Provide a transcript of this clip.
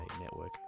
Network